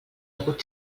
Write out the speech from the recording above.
hagut